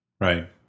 Right